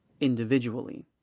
individually